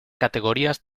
categorías